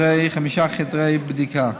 עמדות לטראומה וחמישה חדרי בדיקה.